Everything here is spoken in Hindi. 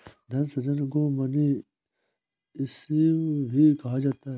धन सृजन को मनी इश्यू भी कहा जाता है